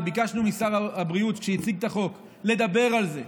וביקשנו משר הבריאות כשהוא הציג את החוק לדבר על זה.